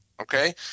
okay